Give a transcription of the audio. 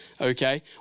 okay